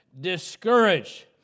discouraged